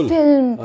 film